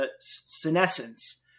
senescence